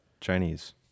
Chinese